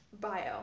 bio